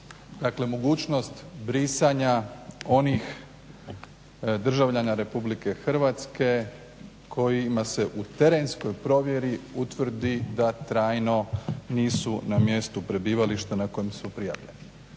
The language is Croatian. mogućnost brisanja onih državljana RH kojima se u terenskoj provjeri da trajno nisu na mjestu prebivališta na kojem su prijavljeni.